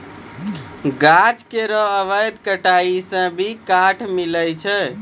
गाछ केरो अवैध कटाई सें भी काठ मिलय छै